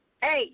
Hey